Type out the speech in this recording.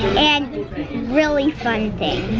and really fun things.